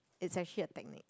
it's actually a technique